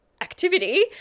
activity